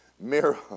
mirror